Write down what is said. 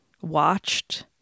watched